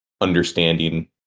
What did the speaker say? understanding